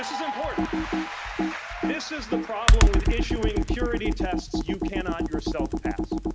um this is the problem with issuing purity tests you cannot yourself pass